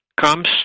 comes